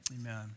Amen